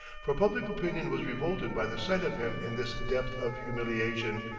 for public opinion was revolted by the sight of him in this depth of humiliation,